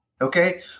okay